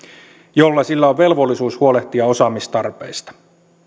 jolla sillä on velvollisuus huolehtia osaamistarpeista